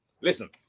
listen